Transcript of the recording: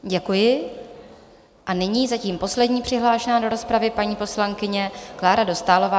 Děkuji a nyní zatím poslední přihlášená do rozpravy, paní poslankyně Klára Dostálová.